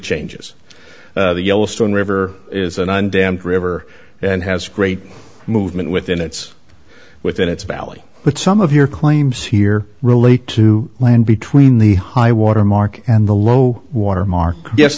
changes the yellowstone river is an undamped river and has great movement within its within its valley but some of your claims here relate to land between the high water mark and the low water mark yes